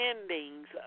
endings